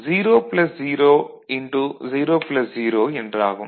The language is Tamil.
0 0 என்றாகும்